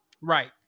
right